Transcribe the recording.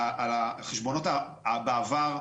שלגב חשבונות העבר,